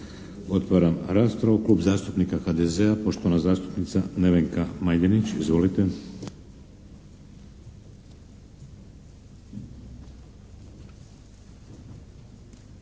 Otvaram raspravu. Klub zastupnika HDZ-a, poštovana zastupnica Nevenka Majdenić. Izvolite.